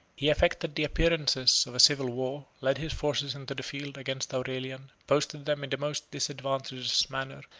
he affected the appearances of a civil war, led his forces into the field, against aurelian, posted them in the most disadvantageous manner,